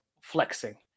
flexing